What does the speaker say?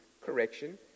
correction